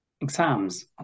exams